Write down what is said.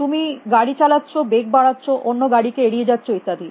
তুমি গাড়ি চালাচ্ছ বেগ বাড়াচ্ছ অন্য গাড়ি কে এড়িয়ে যাচ্ছ ইত্যাদি